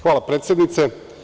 Hvala predsednice.